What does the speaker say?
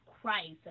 Christ